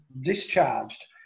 discharged